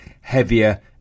heavier